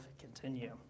continue